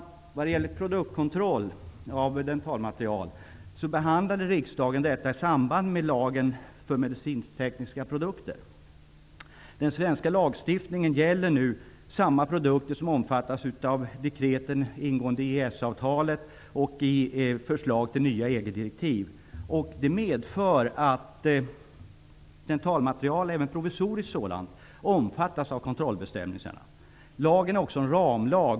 Riksdagen behandlade frågan om produktkontroll av dentalmaterial i samband med lagen för medicintekniska produkter. Den svenska lagstiftningen gäller nu samma produkter som omfattas av dekreten ingående av EES-avtalet och förslag till nya EG-direktiv. Det medför att dentalmaterial, även provisoriskt sådant, omfattas av kontrollbestämmelserna. Lagen är också en ramlag.